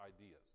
ideas